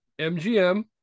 MGM